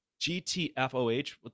GTFOH